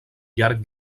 llarg